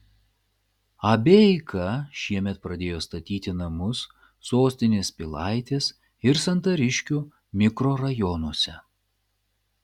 ab eika šiemet pradėjo statyti namus sostinės pilaitės ir santariškių mikrorajonuose